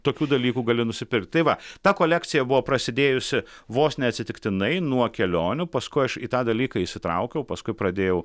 tokių dalykų gali nusipirkt tai va ta kolekcija buvo prasidėjusi vos ne atsitiktinai nuo kelionių paskui aš į tą dalyką įsitraukiau paskui pradėjau